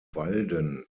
walden